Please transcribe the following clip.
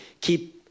keep